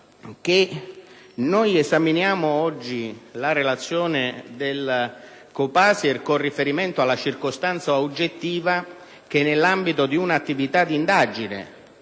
che esaminiamo oggi la relazione del COPASIR con riferimento alla circostanza oggettiva che nell'ambito di una determinata attività di indagine,